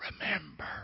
Remember